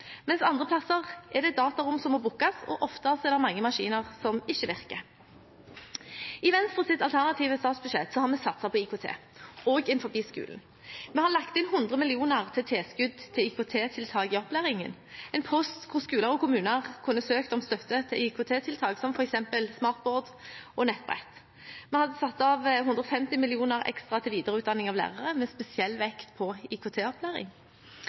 mens andre steder er det et datarom som må bookes, og ofte er det mange maskiner som ikke virker. I Venstres alternative statsbudsjett har vi satset på IKT, også innenfor skolen. Vi har lagt inn 100 mill. kr til tilskudd til IKT-tiltak i opplæringen, en post hvor skoler og kommuner kunne søkt om støtte til IKT-tiltak som f.eks. smartboard og nettbrett. Vi hadde satt av 150 mill. kr ekstra til videreutdanning av lærere med spesiell vekt på